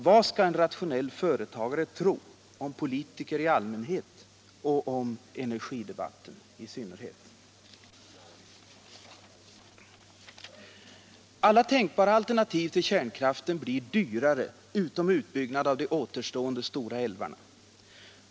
Vad skall en rationell företagare tro om politiker i allmänhet och om energidebatten i synnerhet? Alla tänkbara alternativ till kärnkraften blir dyrare, utom en utbyggnad av de återstående stora älvarna.